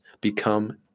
become